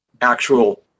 actual